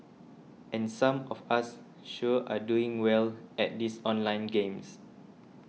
and some of us sure are doing well at these online games